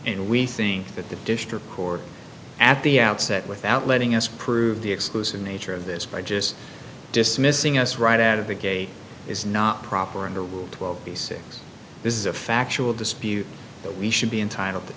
and we think that the district court at the outset without letting us prove the exclusive nature of this by just dismissing us right out of the gate is not proper in the world of the six this is a factual dispute that we should be entitled to